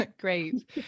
Great